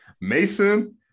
Mason